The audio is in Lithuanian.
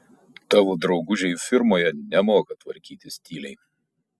tavo draugužiai firmoje nemoka tvarkytis tyliai